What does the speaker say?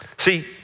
See